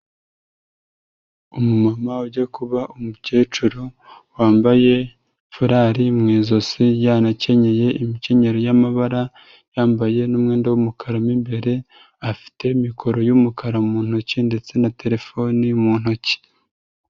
Umu mama ujya kuba umukecuru wambaye furari mu ijosi yanakenyeye imikenyero y'amabara yambaye n'umwenda w'umukara mo imbere afite mikoro y'umukara mu ntoki ndetse na terefone mu ntoki.